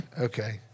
okay